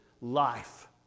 life